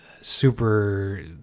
super